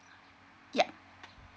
yup